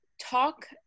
talk